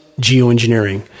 geoengineering